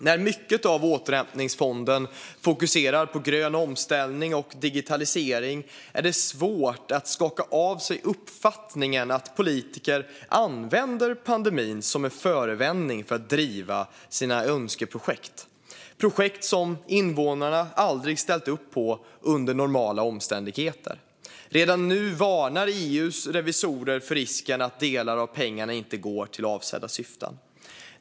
När mycket av återhämtningsfonden fokuserar på grön omställning och digitalisering är det svårt att skaka av sig uppfattningen att politiker använder pandemin som en förevändning för att driva sina önskeprojekt, projekt som invånarna aldrig ställt upp på under normala omständigheter. Redan nu varnar EU:s revisorer för risken att delar av pengarna inte går till avsedda syften.